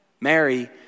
Mary